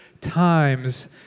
times